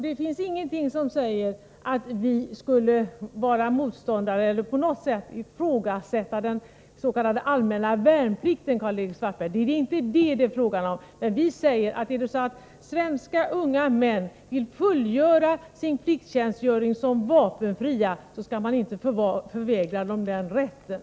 Det finns ingenting som säger att vi skulle vara motståndare till eller på något sätt ifrågasätta den s.k. allmänna värnplikten, Karl-Erik Svartberg, det är inte fråga om det. Vi säger, att om svenska unga män vill fullgöra sin plikttjänstgöring som vapenfria, skall man inte förvägra dem den rätten.